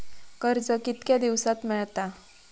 कर्ज कितक्या दिवसात मेळता?